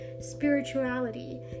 spirituality